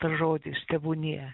tas žodis tebūnie